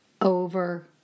over